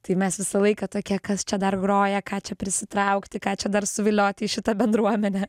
tai mes visą laiką tokie kas čia dar groja ką čia prisitraukti ką čia dar suviliot į šitą bendruomenę